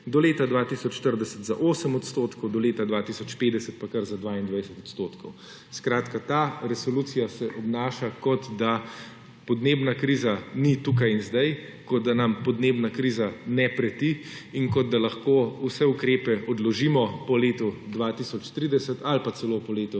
do leta 2040 za 8 odstotkov, do leta 2050 pa kar za 22 odstotkov. Skratka, ta resolucija se obnaša kot da podnebna kriza ni tukaj in sedaj, kot da nam podnebna kriza ne preti in kot da lahko vse ukrepe odložimo po letu 2030 ali pa celo po letu